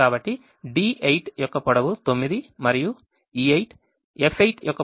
కాబట్టి D8 యొక్క పొడవు 9మరియు E8 F8 యొక్క పొడవు 17 కలిగి ఉంది